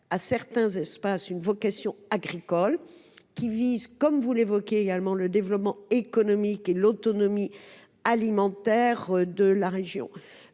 à certains espaces une vocation agricole, visant, comme vous l’avez évoqué, le développement économique et l’autonomie alimentaire de la région.